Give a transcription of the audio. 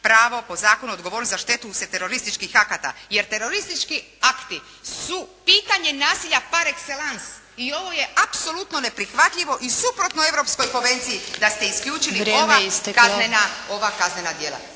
pravo po zakonu odgovornosti za štetu usljed terorističkih akata. Jer teroristički akti su pitanje nasilja par exellence. I ovo je apsolutno neprihvatljivo i suprotno Europskoj konvenciji da ste isključili ova kaznena djela.